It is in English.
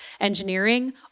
Engineering